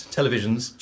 television's